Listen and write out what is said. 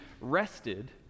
rested